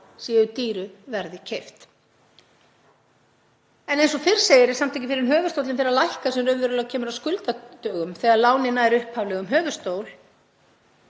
séu dýru verði keypt. En eins og fyrr segir er það samt ekki fyrr en höfuðstóllinn fer að lækka sem raunverulega kemur að skuldadögum, þegar lánið nær upphaflegum höfuðstól.